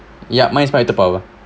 yup mine is fighter power